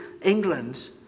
England